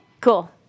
Cool